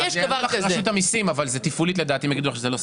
תפעולית הם יגידו לך שזה לא.